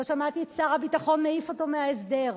לא שמעתי את שר הביטחון מעיף אותו מההסדר.